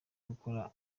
gukora